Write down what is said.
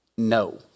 No